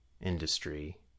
industry